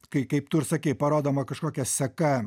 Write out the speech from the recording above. kai kaip tu ir sakei parodoma kažkokia seka